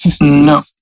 No